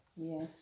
Yes